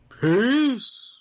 Peace